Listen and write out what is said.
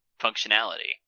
functionality